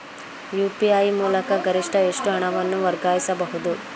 UPI ಮೂಲಕ ಗರಿಷ್ಠ ಎಷ್ಟು ಹಣವನ್ನು ವರ್ಗಾಯಿಸಬಹುದು?